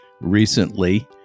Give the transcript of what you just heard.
recently